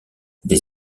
des